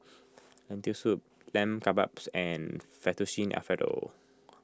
Lentil Soup Lamb Kebabs and Fettuccine Alfredo